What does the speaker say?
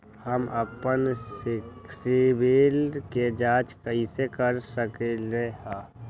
हम अपन सिबिल के जाँच कइसे कर सकली ह?